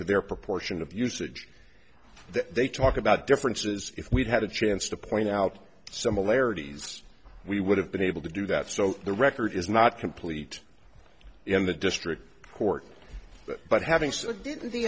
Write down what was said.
to their proportion of usage that they talk about differences if we'd had a chance to point out similarities we would have been able to do that so the record is not complete in the district court but having said